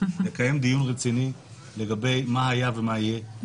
לקיים דיון רציני לגבי מה היה ומה יהיה,